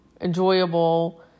enjoyable